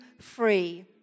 free